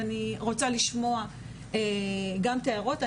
ואני רוצה לשמוע גם את ההערות.